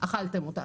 אכלתם אותה.